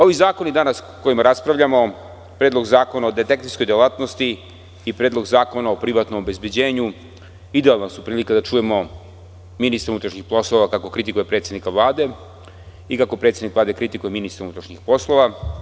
Ovi zakoni danas o kojima raspravljamo, Predlog zakona o detektivskoj delatnosti i Predlog zakona o privatnom obezbeđenju, idealna su prilika da čujemo ministra unutrašnjih poslova kako kritikuje predsednika Vlade i kako predsednik Vlade kritikuje ministra unutrašnjih poslova.